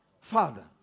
father